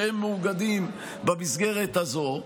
שהם מאוגדים במסגרת הזאת.